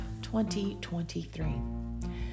2023